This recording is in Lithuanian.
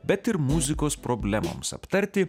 bet ir muzikos problemoms aptarti